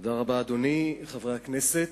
אדוני היושב-ראש, תודה רבה, חברי הכנסת,